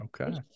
Okay